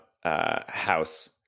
house